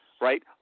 right